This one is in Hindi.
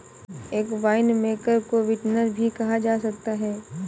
एक वाइनमेकर को विंटनर भी कहा जा सकता है